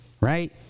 right